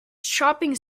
shopping